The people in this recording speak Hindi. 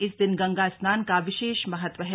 इस दिन गंगा स्नान का विशेष महत्व है